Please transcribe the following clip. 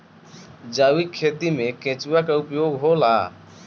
जैविक खेती मे केचुआ का उपयोग होला?